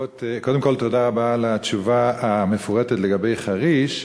קודם כול, תודה רבה על התשובה המפורטת לגבי חריש.